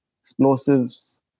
explosives